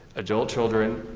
adult children,